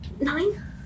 nine